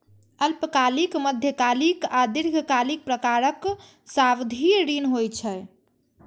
अल्पकालिक, मध्यकालिक आ दीर्घकालिक प्रकारक सावधि ऋण होइ छै